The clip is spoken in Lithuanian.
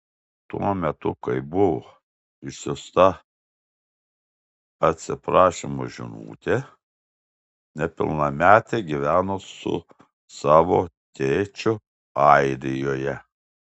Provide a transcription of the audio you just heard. tuo metu kai buvo išsiųsta atsiprašymo žinutė nepilnametė gyveno su savo tėčiu airijoje